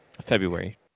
February